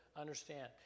understand